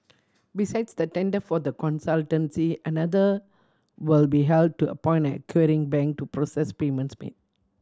besides the tender for the consultancy another will be held to appoint an acquiring bank to process payments made